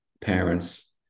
parents